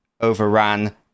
overran